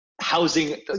housing